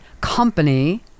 Company